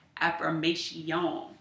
affirmation